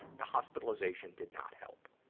the hospitalization did not help.